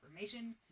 information